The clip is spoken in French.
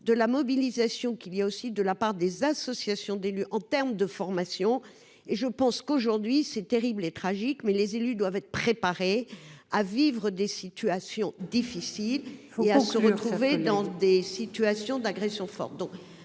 de la mobilisation qu'il y a aussi de la part des associations d'élus en terme de formation et je pense qu'aujourd'hui c'est terrible et tragique, mais les élus doivent être préparés à vivre des situations difficiles et à se retrouver dans des situations d'agression Ford,